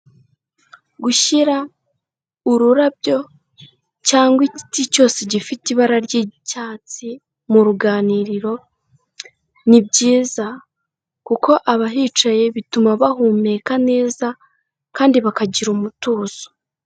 Gushyira ururabyo cyangwa igiti cyose gifite ibara ry'icyatsi mu ruganiriro, ni byiza, kuko abahicaye bituma bahumeka neza kandi bakagira umutuzo.